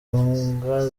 imbwa